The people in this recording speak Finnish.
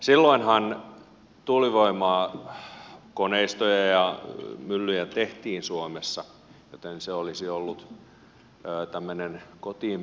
silloinhan tuulivoimakoneistoja ja myllyjä tehtiin suomessa joten se olisi ollut tämmöinen kotiinpäinveto